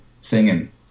singing